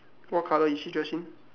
what colour is she dressed in